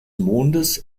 mondes